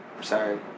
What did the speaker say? Sorry